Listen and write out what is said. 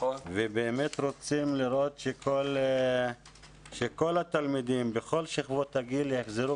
ובאמת רוצים לראות שכל התלמידים בכל שכבות הגיל יחזרו